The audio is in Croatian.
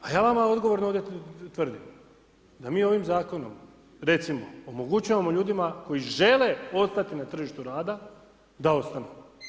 A ja vama odgovorno ovdje tvrdim da mi ovim zakonom recimo omogućavamo ljudima koji žele ostati na tržištu rada, da ostanu.